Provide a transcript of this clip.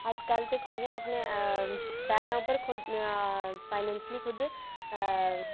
अजकल ते कुड़ियां अपने अ पैरें उप्पर खुद अ फाइनैंशियली खुद अ